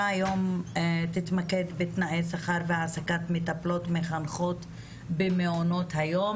היום תתמקד בתנאי שכר והעסקת מטפלות-מחנכות במעונות היום,